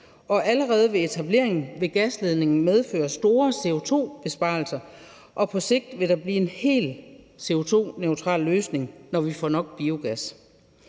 og allerede ved etableringen vil gasledningen medføre store CO2-besparelser, og der vil på sigt blive en helt CO2-neutral løsning, når vi får nok biogas.